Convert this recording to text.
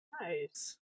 Nice